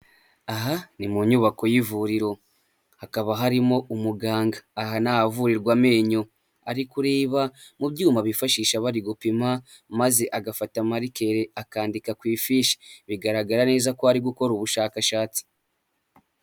Aha ni mu nyubako y'ivuriro hakaba harimo umuganga, aha ni ahavurirwa amenyo ari kureba mu byuma bifashisha bari gupima maze agafata marikeri akandika ku ifishi, bigaragara neza ko ari gukora ubushakashatsi.